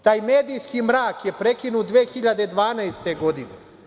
Taj medijski mrak je prekinut 2012. godine.